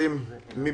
--- כמה